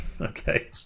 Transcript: Okay